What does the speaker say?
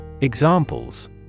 Examples